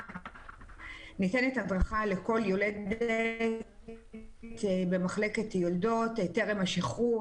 שניתנת הדרכה לכל יולדת במחלקת יולדות טרם השחרור,